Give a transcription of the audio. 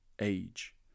age